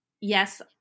yes